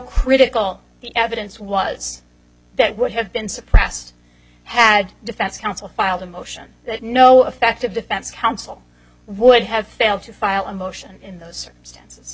critical the evidence was that would have been suppressed had defense counsel filed a motion that no effective defense counsel would have failed to file a motion in those circumstances